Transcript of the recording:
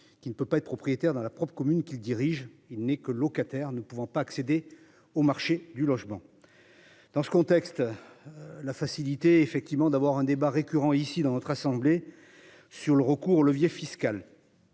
Qui ne peut pas être propriétaire dans la propre commune qui dirige. Il n'est que locataire ne pouvant pas accéder au marché du logement. Dans ce contexte. La facilité effectivement d'avoir un débat récurrent ici dans notre assemblée. Sur le recours au levier fiscal.